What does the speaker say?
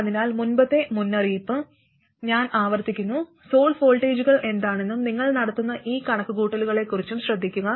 അതിനാൽ മുമ്പത്തെ മുന്നറിയിപ്പ് ഞാൻ ആവർത്തിക്കുന്നു സോഴ്സ് വോൾട്ടേജുകൾ എന്താണെന്നും നിങ്ങൾ നടത്തുന്ന ഈ കണക്കുകൂട്ടലുകളെക്കുറിച്ചും ശ്രദ്ധിക്കുക